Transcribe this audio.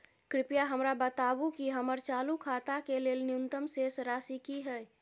कृपया हमरा बताबू कि हमर चालू खाता के लेल न्यूनतम शेष राशि की हय